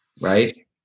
Right